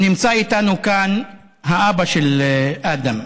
נמצא איתנו כאן אבא של אדם,